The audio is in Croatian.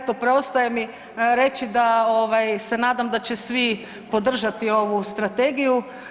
Eto preostaje mi reći da se nadam da će svi podržati ovu strategiju.